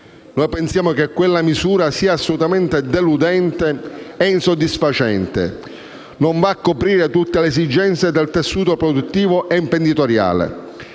però, che quella misura sia assolutamente deludente, insoddisfacente e non copra tutte le esigenze del tessuto produttivo e imprenditoriale.